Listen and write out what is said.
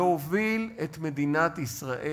להוביל את מדינת ישראל,